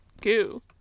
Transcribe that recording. goo